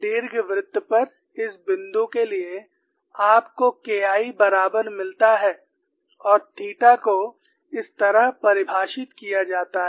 दीर्घवृत्त पर इस बिंदु के लिए आपको K I बराबर मिलता है और थीटा को इस तरह परिभाषित किया जाता है